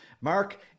Mark